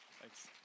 Thanks